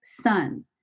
son